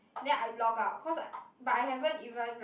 then I logged out cause I but I haven't even like